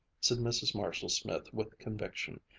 said mrs. marshall-smith with conviction,